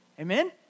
Amen